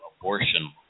abortion